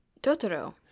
Totoro